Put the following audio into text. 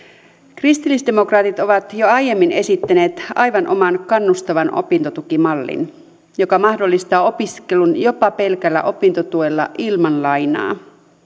kristillisdemokraatit ovat jo aiemmin esittäneet aivan oman kannustavan opintotukimallin joka mahdollistaa opiskelun jopa pelkällä opintotuella ilman lainaa